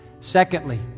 Secondly